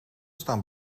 staan